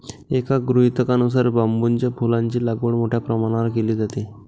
एका गृहीतकानुसार बांबूच्या फुलांची लागवड मोठ्या प्रमाणावर केली जाते